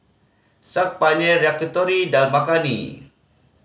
Saag Paneer Yakitori Dal Makhani